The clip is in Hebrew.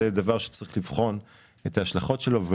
זה דבר שצריך לבחון את ההשלכות שלו.